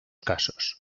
casos